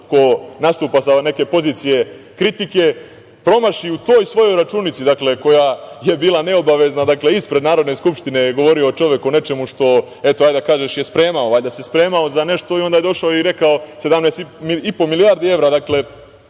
ko nastupa sa neke pozicije kritike, promaši u toj svojoj računici koja je bila neobavezna? Dakle, ispred Narodne skupštine je govorio čovek o nečemu što je valjda spremao… Valjda se spremao za nešto i onda je došao i rekao – 17,5 milijardi evra. Dakle,